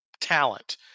talent